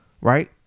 right